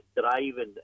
driving